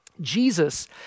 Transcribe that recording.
Jesus